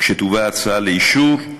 כשתובא ההצעה לאישור,